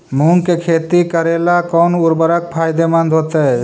मुंग के खेती करेला कौन उर्वरक फायदेमंद होतइ?